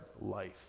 life